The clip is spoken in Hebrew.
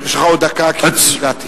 יש לך עוד דקה כי אני הגעתי.